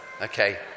Okay